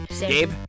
Gabe